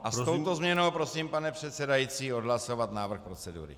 A s touto změnou prosím, pane předsedající, odhlasovat návrh procedury.